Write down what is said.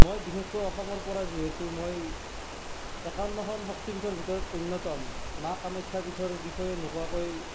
মই বিশেষকৈ অসমৰ পৰাই যিহেতু মই একাৱন্নখন শক্তি পীঠৰ ভিতৰত অন্যতম মা কামাখ্যাৰ বিষৰ বিষয়ে নোকোৱাকৈ